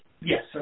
Yes